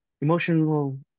emotional